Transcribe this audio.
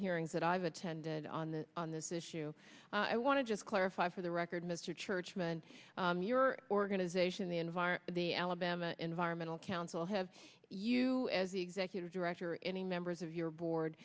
hearings that i've attended on the on this issue i want to just clarify for the record mr churchman your organization the environ the alabama environmental council have you as the executive director any members of your board